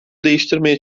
değiştirmeye